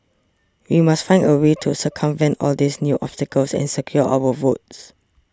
we must find a way to circumvent all these new obstacles and secure our votes